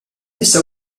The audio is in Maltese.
issa